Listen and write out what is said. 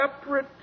separate